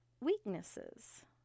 weaknesses